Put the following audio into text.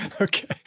Okay